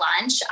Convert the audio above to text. lunch